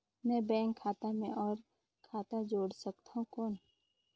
मैं बैंक खाता मे और खाता जोड़ सकथव कौन?